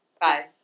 Bye